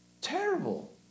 terrible